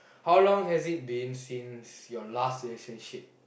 how long has it been since your last relationship